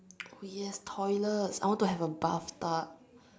oh yes toilets I want to have a bathtub